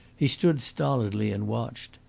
he stood stolidly and watched.